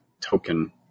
token